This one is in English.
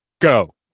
Go